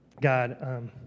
God